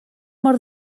mor